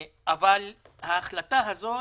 אבל ההחלטה הזאת